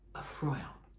a fry-up